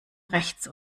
rechts